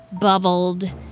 bubbled